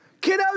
Kiddos